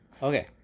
Okay